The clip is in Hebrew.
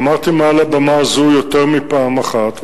אמרתי מעל הבמה הזאת יותר מפעם אחת,